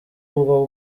bwo